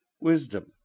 wisdom